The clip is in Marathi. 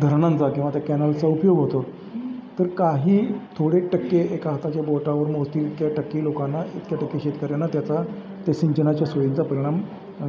धरणांचा किंवा त्या कॅनलचा उपयोग होतो तर काही थोडे टक्के एका हाताच्या बोटावर मोजतील इतक्या टक्के लोकांना इतक्या टक्के शेतकऱ्यांना त्याचा ते सिंचनाच्या सोयींचा परिणाम